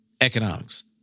economics